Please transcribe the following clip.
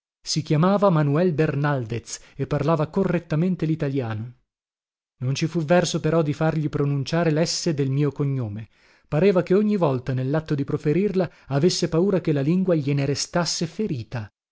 si chiamava manuel bernaldez e parlava correttamente litaliano non ci fu verso però di fargli pronunciare lesse del mio cognome pareva che ogni volta nellatto di proferirla avesse paura che la lingua gliene restasse ferita